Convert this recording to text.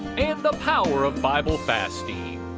and the power of bible fasting.